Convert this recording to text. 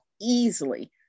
easily